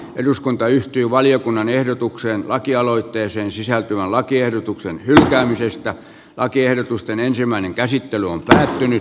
eduskunta yhtyi valiokunnan ehdotukseen lakialoitteeseen sisältyvän lakiehdotuksen hylkäämisestä lakiehdotusten ensimmäinen käsittely saataisiin korjattua